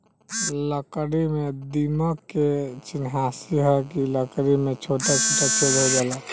लकड़ी में दीमक के चिन्हासी ह कि लकड़ी में छोटा छोटा छेद हो जाला